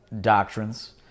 doctrines